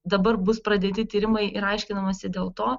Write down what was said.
dabar bus pradėti tyrimai ir aiškinamasi dėl to